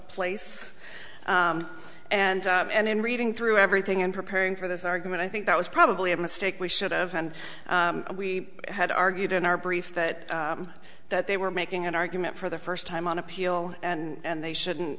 place and and in reading through everything in preparing for this argument i think that was probably a mistake we should have and we had argued in our brief that that they were making an argument for the first time on appeal and they shouldn't